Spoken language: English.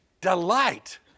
delight